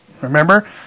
Remember